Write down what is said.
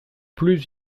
plus